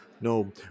No